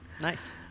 Nice